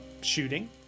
shooting